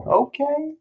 okay